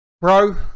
bro